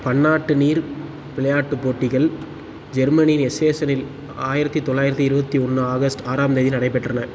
பன்னாட்டு நீர் விளையாட்டுப் போட்டிகள் ஜெர்மனியின் எஸ்ஸெனில் ஆயிரத்தி தொள்ளாயிரத்தி இருபத்தி ஒன்று ஆகஸ்ட் ஆறாம் தேதி நடைபெற்றன